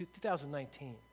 2019